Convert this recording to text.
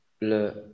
Le